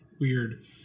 weird